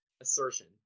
assertion